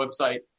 website